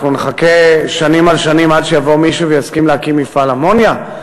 אנחנו נחכה שנים על שנים עד שיבוא מישהו ויסכים להקים מפעל אמוניה?